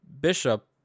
Bishop